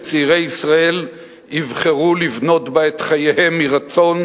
שצעירי ישראל יבחרו לבנות בה את חייהם מרצון